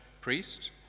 priest